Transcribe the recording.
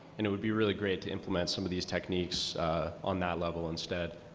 and it would be really great to implement some of these techniques on that level instead.